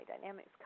dynamics